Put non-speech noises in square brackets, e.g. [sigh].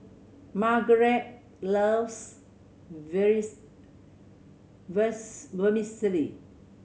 Margarette loves [unintelligible] Vermicelli